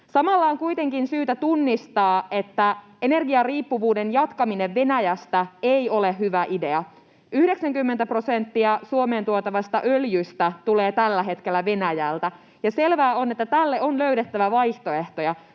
Samalla on kuitenkin syytä tunnistaa, että energiariippuvuuden jatkaminen Venäjästä ei ole hyvä idea. 90 prosenttia Suomeen tuotavasta öljystä tulee tällä hetkellä Venäjältä, ja selvää on, että tälle on löydettävä vaihtoehtoja,